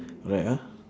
correct ah